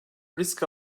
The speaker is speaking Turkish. risk